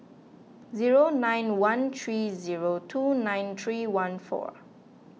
zero nine one three zero two nine three one four